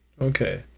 Okay